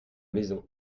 maison